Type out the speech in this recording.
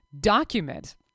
document